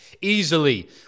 easily